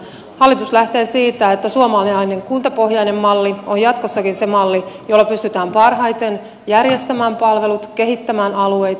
hallitus lähtee siitä että suomalainen kuntapohjainen malli on jatkossakin se malli jolla pystytään parhaiten järjestämään palvelut kehittämään alueita